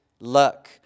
luck